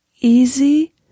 Easy